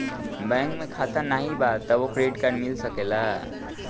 Bank में खाता नाही बा तबो क्रेडिट कार्ड मिल सकेला?